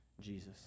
Jesus